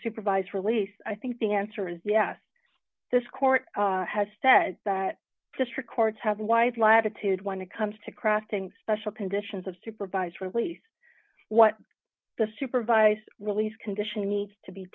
supervised release i think the answer is yes this court has said that district courts have wide latitude when it comes to crafting special conditions of supervised release what the supervised release condition needs